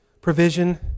provision